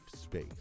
space